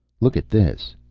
look at this!